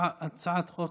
הצעת חוק